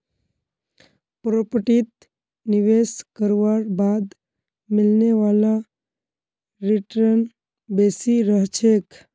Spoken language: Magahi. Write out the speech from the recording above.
प्रॉपर्टीत निवेश करवार बाद मिलने वाला रीटर्न बेसी रह छेक